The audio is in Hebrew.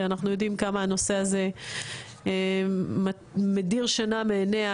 שאנחנו יודעים כמה הנושא הזה מדיר שינה מעיניה,